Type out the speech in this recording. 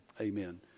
amen